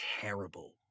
terrible